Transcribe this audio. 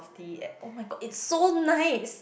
~tee at oh-my-god it's so nice